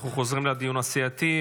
אנחנו חוזרים לדיון הסיעתי.